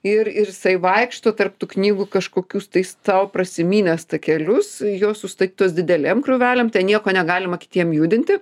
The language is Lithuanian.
ir ir jisai vaikšto tarp tų knygų kažkokius tai sau prasimynęs takelius jos sustatytos didelėm krūvelėm ten nieko negalima kitiem judinti